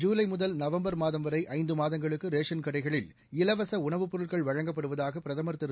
ஜூலை முதல் நவம்பர் மாதம்வரை ஐந்து மாதங்களுக்கு ரேஷன் கடைகளில் இலவச உணவுப் பொருட்கள் வழங்கப்படுவதாக பிரதமர் திரு